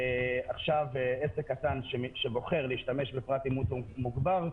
עכשיו עסק קטן שבוחר להשתמש בפרט אימות מוגבר,